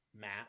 matt